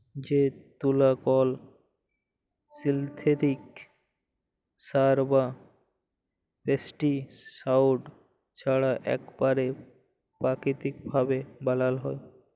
যে তুলা কল সিল্থেটিক সার বা পেস্টিসাইড ছাড়া ইকবারে পাকিতিক ভাবে বালাল হ্যয়